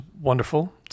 wonderful